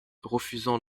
refusant